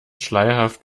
schleierhaft